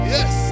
Yes